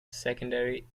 secondary